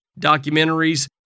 documentaries